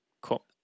Cool